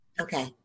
Okay